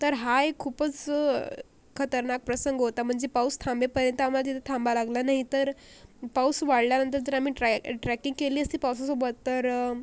तर हा एक खूपच खतरनाक प्रसंग होता म्हणजे पाऊस थांबेपर्यंत आम्हाला तिथे थांबावं लागलं नाही तर पाऊस वाढल्यानंतर जर आम्ही ट्रॅकिंग केली असती पावसासोबत तर